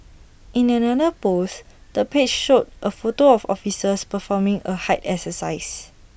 in another post the page showed A photo of officers performing A height exercise